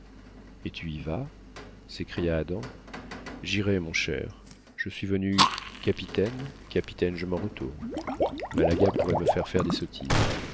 et tu y vas s'écria adam j'irai mon cher je suis venu capitaine capitaine je m'en retourne malaga pourrait me faire faire des sottises